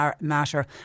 matter